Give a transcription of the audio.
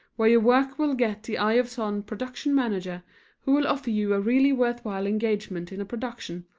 where your work will get the eye of some production manager who will offer you a really worthwhile engagement in a production,